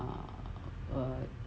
ah